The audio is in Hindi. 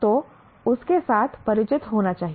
तो उस के साथ परिचित होना चाहिए